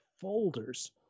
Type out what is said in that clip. folders